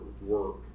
work